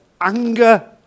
anger